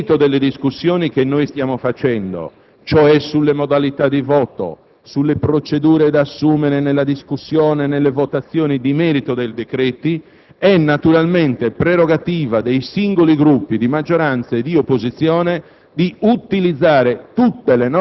Evidenzio che nel merito delle discussioni che stiamo facendo, cioè sulle modalità di voto, sulle procedure da assumere nella discussione e nelle votazioni di merito dei decreti, è naturalmente prerogativa dei singoli Gruppi, di maggioranza e di opposizione,